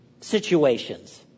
situations